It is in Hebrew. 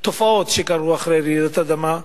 תופעות שקרו אחרי רעידת האדמה,